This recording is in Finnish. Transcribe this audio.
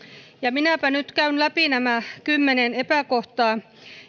minäpä nyt käyn läpi nämä kymmenen epäkohtaa